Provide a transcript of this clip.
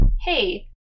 hey